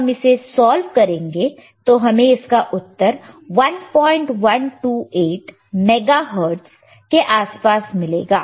जब हम इसे सॉल्व करेंगे तो हमें इसका उत्तर 1128 मेगा हर्ट्ज़ के आसपास मिलेगा